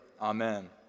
amen